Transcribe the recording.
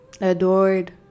adored